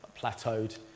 plateaued